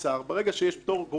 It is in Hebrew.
ברגע שיש פטור גורף ממכרז,